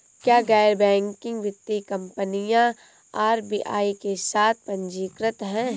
क्या गैर बैंकिंग वित्तीय कंपनियां आर.बी.आई के साथ पंजीकृत हैं?